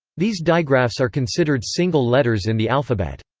these digraphs are considered single letters in the alphabet.